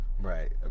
Right